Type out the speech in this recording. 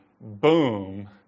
boom